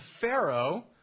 Pharaoh